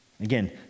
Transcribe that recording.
Again